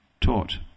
taught